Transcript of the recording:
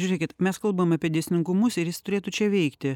žiūrėkit mes kalbam apie dėsningumus ir jis turėtų čia veikti